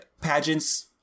Pageants